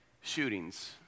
shootings